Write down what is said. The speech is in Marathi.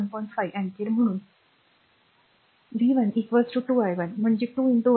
5 अँपिअर म्हणून v 1 2 i 1 म्हणजे 2 1